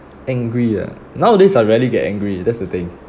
angry ah nowadays I rarely get angry that's the thing